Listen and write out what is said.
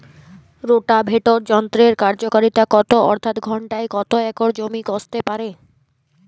Rotavator যন্ত্রের কার্যকারিতা কত অর্থাৎ ঘণ্টায় কত একর জমি কষতে পারে?